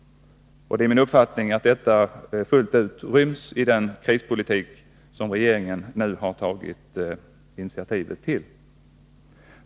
Det är min uppfattning att detta fullt ut ryms i den krispolitik som regeringen nu har tagit initiativet till.